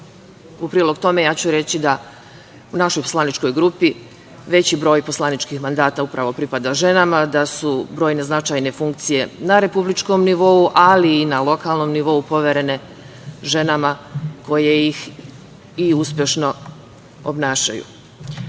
U prilog tome ja ću reći da u našoj poslaničkoj grupi veći broj poslaničkih mandata upravo pripada ženama, da su brojne značajne funkcije na republičkom nivou, ali i na lokalnom nivou poverene ženama koje ih i uspešno obnašaju. Podizanje